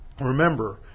Remember